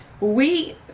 we-